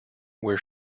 where